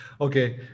Okay